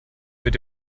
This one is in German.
mit